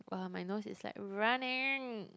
!wah! my nose is like running